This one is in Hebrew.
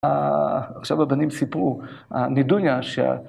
עכשיו הבנים סיפרו, הנידוניה שה...